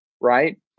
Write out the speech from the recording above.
right